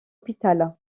hôpital